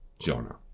Jonah